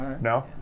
No